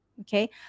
Okay